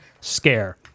scare